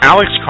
Alex